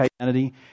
identity